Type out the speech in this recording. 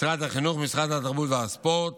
משרד החינוך, משרד התרבות והספורט